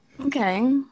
Okay